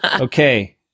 Okay